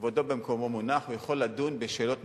כבודו במקומו מונח, הוא יכול לדון בשאלות משפטיות,